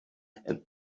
and